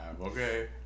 okay